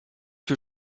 que